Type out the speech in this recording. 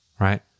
Right